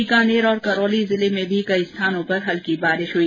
बीकानेर और करौली में भी कई स्थानों पर हल्की बारिश हई